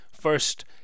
first